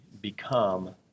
become